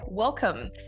Welcome